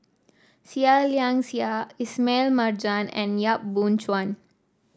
Seah Liang Seah Ismail Marjan and Yap Boon Chuan